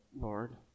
Lord